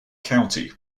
county